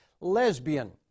lesbian